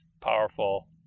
powerful